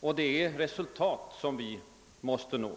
Och det är resultatet vi måste nå.